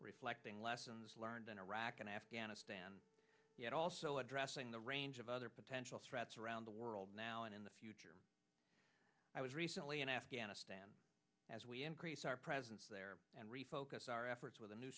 reflecting lessons learned in iraq and afghanistan yet also addressing the range of other potential threats around the world now and in the future i was recently in afghanistan as we increase our presence there and refocus our efforts with a new